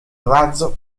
razzo